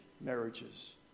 marriages